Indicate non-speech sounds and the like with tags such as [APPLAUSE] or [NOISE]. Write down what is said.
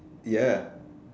ya [BREATH]